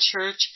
church